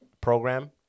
program